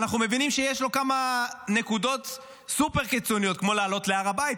ואנחנו מבינים שיש לו כמה נקודות סופר קיצוניות כמו לעלות להר הבית,